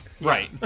Right